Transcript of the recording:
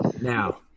now